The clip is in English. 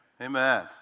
Amen